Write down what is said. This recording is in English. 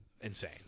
insane